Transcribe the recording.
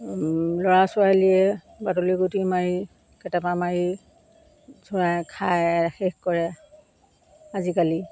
ল'ৰা ছোৱালীয়ে বাটলি গুটি মাৰি কেটেপা মাৰি চৰাই খায় শেষ কৰে আজিকালি